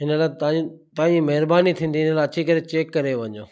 हिन लाइ तव्हांजी तव्हांजी महिरबानी थींदी हिन लाइ अची करे चैक करे वञो